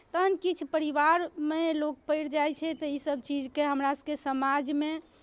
तहन किछु परिवारमे लोक पड़ि जाइ छै तऽ ईसभ चीजके हमरासभके समाजमे